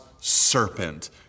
serpent